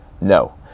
No